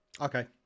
okay